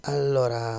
Allora